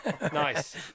nice